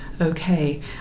okay